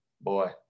Boy